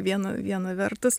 viena viena vertus